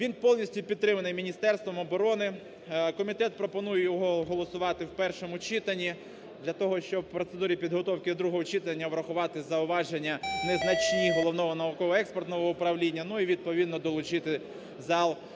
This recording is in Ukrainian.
Він помітністю підтриманий Міністерством оборони. Комітет пропонує його голосувати в першому читанні, для того, щоб в процедурі підготовки до другого читання врахувати зауваження незначні Головного науково-експертного управління, ну, і відповідно долучити зал Верховної